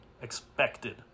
Expected